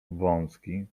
wąski